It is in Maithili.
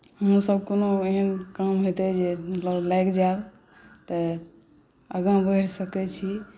हमहूँसभ कोनो एहन काम हेतै जे लागि जायब तऽ आगाँ बढ़ि सकैत छी